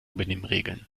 benimmregeln